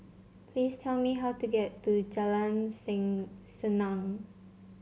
please tell me how to get to Jalan Sen Senang